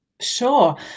Sure